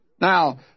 Now